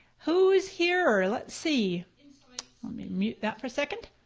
who's here, let's see. let me mute that for a second.